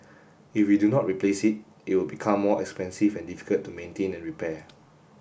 if we do not replace it it will become more expensive and difficult to maintain and repair